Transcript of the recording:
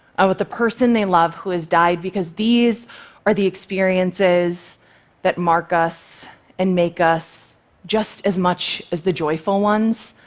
ah but the person they love who has died, because these are the experiences that mark us and make us just as much as the joyful ones.